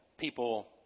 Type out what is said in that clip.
people